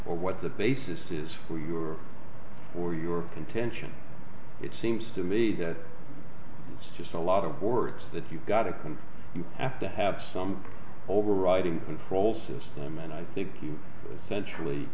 or what the basis is for your for your contention it seems to me that it's just a lot of words that you've got to come after have some overriding control system and i think centrally